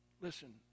listen